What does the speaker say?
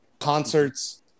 Concerts